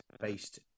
based